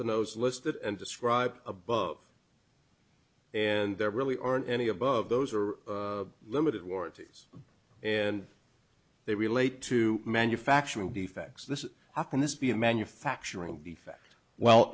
than those listed and described above and there really aren't any above those are limited warranties and they relate to manufacturing defects this often this be a manufacturing defect well